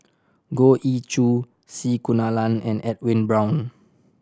Goh Ee Choo C Kunalan and Edwin Brown